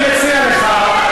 אני מציע לך,